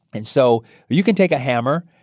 and so you can take a hammer,